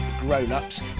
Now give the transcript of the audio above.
grown-ups